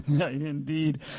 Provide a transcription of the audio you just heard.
Indeed